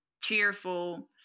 cheerful